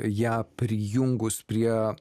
ją prijungus prie